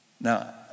Now